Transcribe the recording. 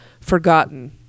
forgotten